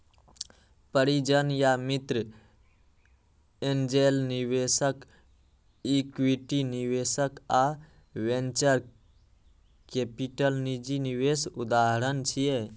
परिजन या मित्र, एंजेल निवेशक, इक्विटी निवेशक आ वेंचर कैपिटल निजी निवेशक उदाहरण छियै